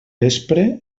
vespre